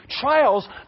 trials